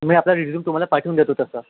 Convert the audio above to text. मी आता रिज्युम तुम्हाला पाठवून देतो तसा